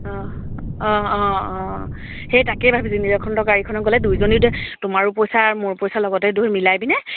অঁ অঁ অঁ অঁ সেই তাকেই ভাবিছোঁ নীলকণ্ঠ গাড়ীখন গ'লে দুইজনীও দে তোমাৰো পইচা আৰু মোৰো পইচা লগতে মিলাই পিনে